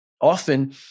Often